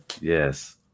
Yes